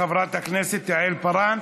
תודה לחברת הכנסת יעל פארן.